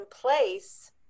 place